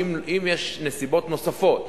שאם יש נסיבות נוספות,